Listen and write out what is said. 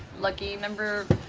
lucky number